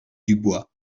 dubois